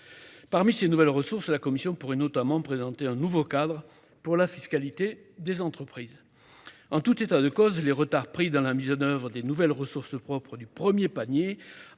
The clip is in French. Parmi ces dernières, la Commission européenne pourrait notamment présenter un nouveau cadre pour la fiscalité des entreprises. En tout état de cause, les retards pris dans la mise en oeuvre des nouvelles ressources propres du premier panier,